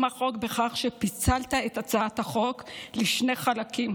החוק בכך שפיצלת את הצעת החוק לשני חלקים.